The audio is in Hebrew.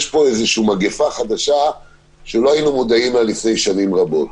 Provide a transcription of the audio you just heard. יש פה איזושהי מגפה חדשה שלא היינו מודעים אליה לפני שנים רבות,